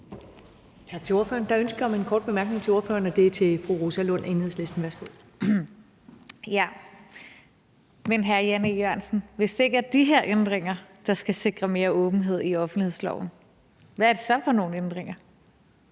hvad er det så for nogle ændringer?